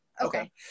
okay